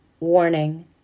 Warning